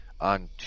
on